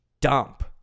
dump